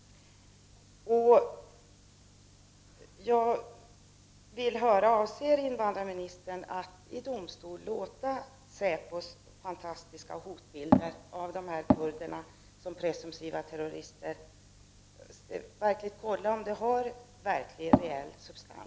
Avser invandrarministern att i domstol låta kontrollera om säpos fantastiska hotbilder av dessa kurder som presumtiva terrorister har reell substans?